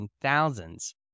thousands